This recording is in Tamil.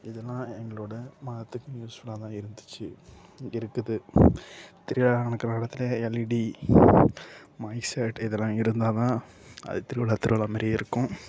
இதெல்லாம் எங்களோட மதத்துக்கும் யூஸ்ஃபுல்லாக தான் இருந்துச்சு இருக்குது திருவிழா நடக்குற இடத்துல எல்இடி மைக் செட் இதெல்லாம் இருந்தா தான் அது திருவிழா திருவிழாமாரியே இருக்கும்